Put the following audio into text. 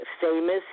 famous